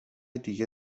دیگه